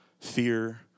fear